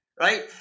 Right